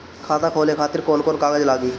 खाता खोले खातिर कौन कौन कागज लागी?